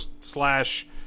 slash